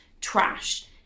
trash